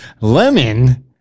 Lemon